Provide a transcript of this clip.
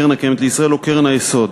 הקרן הקיימת לישראל או קרן היסוד.